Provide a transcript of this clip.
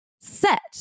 set